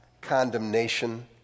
condemnation